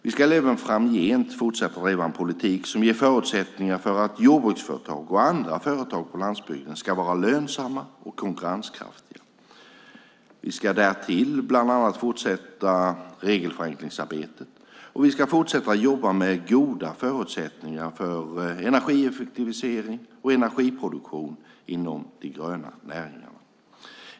Vi ska även framgent fortsätta driva en politik som ger förutsättningar för att jordbruksföretag och andra företag på landsbygden ska kunna vara lönsamma och konkurrenskraftiga. Vi ska därtill bland annat fortsätta regelförenklingsarbetet, och vi ska fortsätta jobba med goda förutsättningar för energieffektivisering och energiproduktion inom de gröna näringarna.